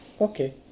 Okay